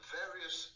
various